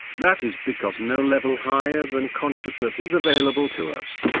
that is because no level higher than consciousness is available to us.